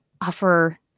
offer